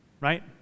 Right